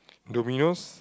Domino's